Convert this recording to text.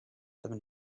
them